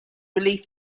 relief